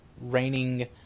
raining